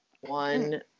One